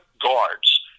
guards